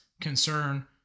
concern